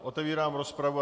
Otevírám rozpravu.